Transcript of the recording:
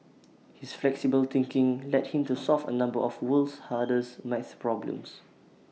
his flexible thinking led him to solve A number of world's hardest math problems